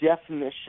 definition